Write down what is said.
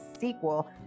sequel